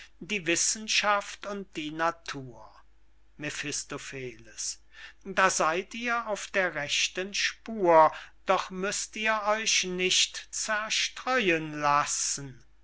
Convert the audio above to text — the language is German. die wissenschaft und die natur mephistopheles da seyd ihr auf der rechten spur doch müßt ihr euch nicht zerstreuen lassen